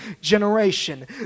generation